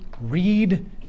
Read